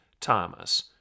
Thomas